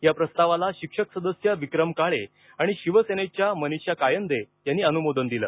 या प्रस्तावाला शिक्षक सदस्य विक्रम काळे आणि शिवसेनेच्या मनीषा कायंदे यांनी अनुमोदन दिलं